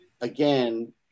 again